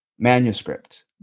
manuscript